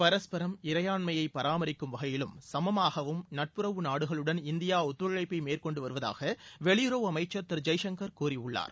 பரஸ்பரம் இறையாண்மையை பராமரிக்கும் வகையிலும் சமமாகவும் நட்புறவு நாடுகளுடன் இந்தியா ஒத்துழைப்பை மேற்கொண்டு வருவதாக வெளியுறவு அமைச்சர் திரு ஜெய்சங்கர் கூறியுள்ளார்